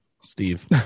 Steve